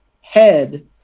head